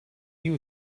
you